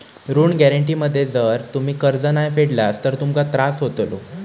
ऋण गॅरेंटी मध्ये जर तुम्ही कर्ज नाय फेडलास तर तुमका त्रास होतलो